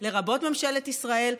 לרבות ממשלת ישראל,